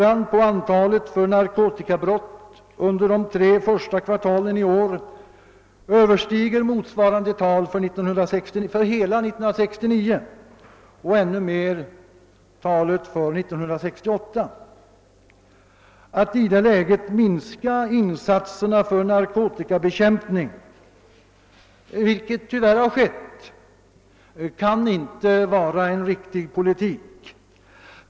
Antalet narkotikabrott under de tre första kvartalen i år överstiger motsvarande tal för hela 1969 och ännu mer talet för 1968. Att i det läget minska insatserna för narkotikabekämpning — vilket tyvärr har skett — kan inte vara en riktig politik.